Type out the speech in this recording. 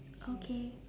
okay